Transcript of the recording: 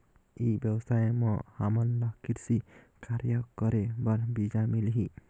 ई व्यवसाय म हामन ला कृषि कार्य करे बर बीजा मिलही?